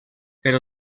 però